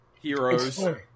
Heroes